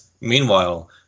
Meanwhile